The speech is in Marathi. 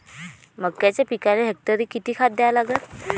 मक्याच्या पिकाले हेक्टरी किती खात द्या लागन?